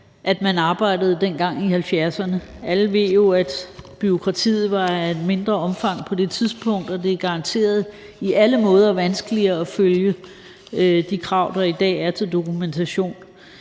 at man arbejdede dengang i 1970'erne. Alle ved jo, at bureaukratiet var af et mindre omfang på det tidspunkt, og det er garanteret på alle måder vanskeligere at følge de krav, der i dag er til dokumentation.